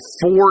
four